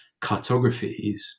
cartographies